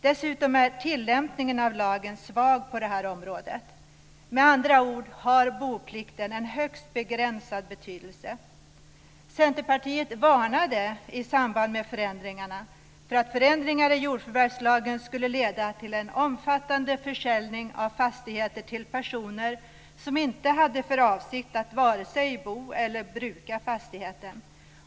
Dessutom är tillämpningen av lagen svag på det här området. Med andra ord har boplikten en högst begränsad betydelse. Centerpartiet varnade i samband med förändringarna för att förändringar i jordförvärvslagen skulle leda till en omfattande försäljning av fastigheter till personer som inte hade för avsikt att vare sig bo på eller bruka fastigheten.